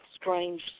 strange